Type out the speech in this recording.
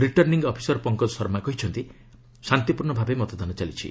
returning officer Pankaj Sharma କହିଛନ୍ତି ଶାନ୍ତିପୂର୍ଣ୍ଣ ଭାବେ ମତଦାନ ଚାଲିଛି